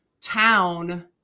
town